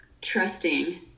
trusting